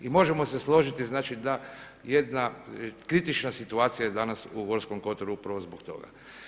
I možemo se složiti da jedna kritična situacija je danas u Gorskom kotaru upravo zbog toga.